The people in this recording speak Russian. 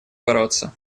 бороться